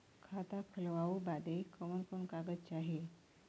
खाता खोलवावे बादे कवन कवन कागज चाही?